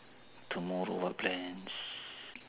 tomorrow what plans